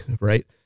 Right